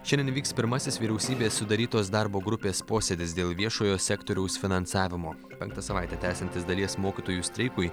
šiandien įvyks pirmasis vyriausybės sudarytos darbo grupės posėdis dėl viešojo sektoriaus finansavimo penktą savaitę tęsiantis dalies mokytojų streikui